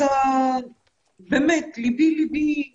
באמת, ליבי עם